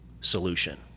solution